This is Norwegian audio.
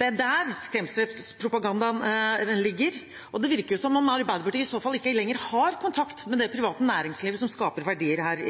Det er der skremselspropagandaen ligger, og det virker som om Arbeiderpartiet i så fall ikke lenger har kontakt med det private næringslivet som skaper verdier her